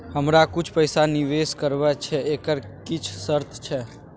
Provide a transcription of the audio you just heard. हमरा कुछ पैसा निवेश करबा छै एकर किछ शर्त छै?